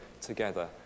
together